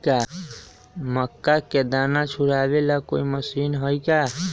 मक्का के दाना छुराबे ला कोई मशीन हई का?